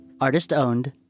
Artist-owned